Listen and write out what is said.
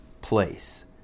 place